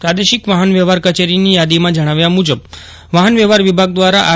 પ્રાદેશિક વાહન વ્યવહાર કચેરીની યાદીયાં જપ્રાવ્યા મુજબ વાહન વ્યવહાર વિભાગ દ્વારા આર